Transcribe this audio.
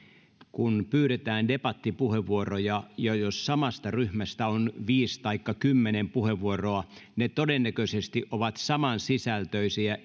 kun pyydetään debattipuheenvuoroja ja jos samasta ryhmästä on viisi taikka kymmenen puheenvuoroa ne todennäköisesti ovat samansisältöisiä